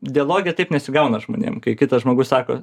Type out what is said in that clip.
dialoge taip nesigauna žmonėm kai kitas žmogus sako